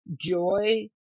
joy